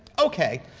ok,